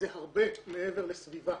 זה הרבה מעבר לסביבה.